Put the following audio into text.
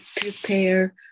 prepare